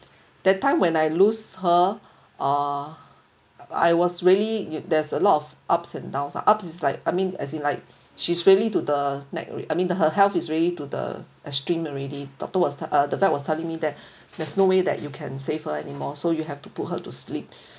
that time when I lose her ah I was really u~ there's a lot of ups and downs lah ups is like I mean as in like she's really to the neck alrea~ I mean the her health is already to the extreme already doctor was tell the vet was telling me that there's no way that you can save her anymore so you have to put her to sleep